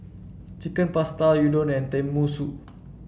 Chicken Pasta Udon and Tenmusu